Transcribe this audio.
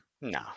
No